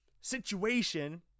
situation